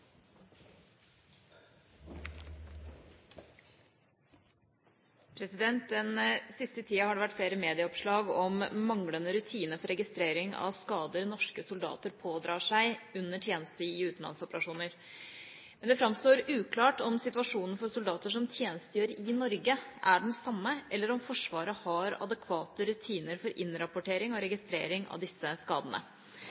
siste tiden har det vært flere medieoppslag om manglende rutiner for registrering av skader norske soldater pådrar seg under tjeneste i utenlandsoperasjoner. Det framstår uklart om situasjonen for soldater som tjenestegjør i Norge, er den samme, eller om Forsvaret har adekvate rutiner for innrapportering og